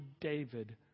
David